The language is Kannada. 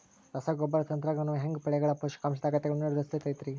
ರಸಗೊಬ್ಬರ ತಂತ್ರಜ್ಞಾನವು ಹ್ಯಾಂಗ ಬೆಳೆಗಳ ಪೋಷಕಾಂಶದ ಅಗತ್ಯಗಳನ್ನ ನಿರ್ಧರಿಸುತೈತ್ರಿ?